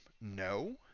no